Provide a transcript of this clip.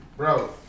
Bro